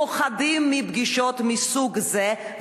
פוחדים מפגישות מסוג זה.